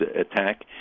attack